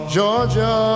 Georgia